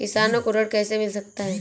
किसानों को ऋण कैसे मिल सकता है?